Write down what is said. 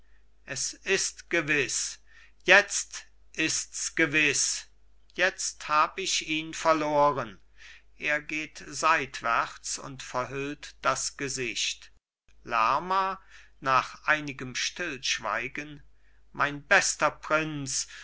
es ist gewiß jetzt ists gewiß jetzt hab ich ihn verloren er geht seitwärts und verhüllt das gesicht lerma nach einigem stillschweigen mein bester prinz